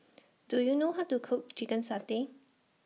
Do YOU know How to Cook Chicken Satay